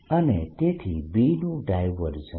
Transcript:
અને તેથી B નું ડાયવર્જન્સ